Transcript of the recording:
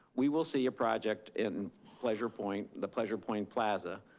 we will see a project in pleasure point, the pleasure point plaza,